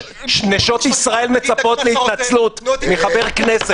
נשות ישראל מצפות להתנצלות מחבר כנסת.